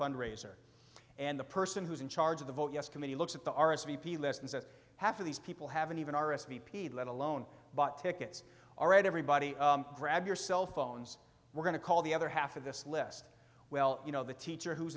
fundraiser and the person who's in charge of the vote yes committee looks at the r s v p lessons that half of these people haven't even r s v p let alone bought tickets all right everybody grab your cell phones we're going to call the other half of this list well you know the teacher who's